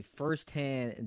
firsthand